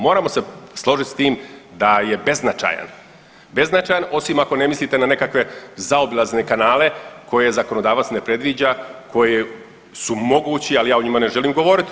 Moramo se složiti s tim da je beznačajan osim ako ne mislite na nekakve zaobilazne kanale koje zakonodavac ne predviđa, koji su mogući ali ja o njima ne želim govoriti.